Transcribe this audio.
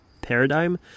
paradigm